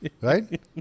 right